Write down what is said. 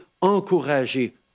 encourager